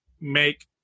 make